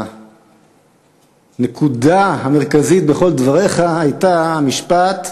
הנקודה המרכזית בכל דבריך הייתה המשפט: